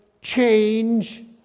change